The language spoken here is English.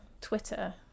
Twitter